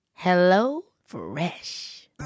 HelloFresh